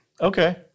Okay